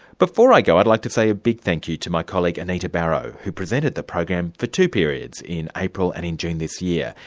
before i go i'd like to say a big thank you to my colleague anita barraud who presented the program for two periods in april and june this year,